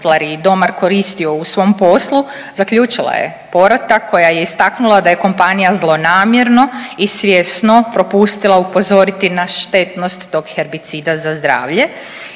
i domar koristio u svom poslu zaključila je porota koja je istaknula da je kompanija zlonamjerno i svjesno propustila upozoriti na štetnost tog herbicida za zdravlje.